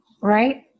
right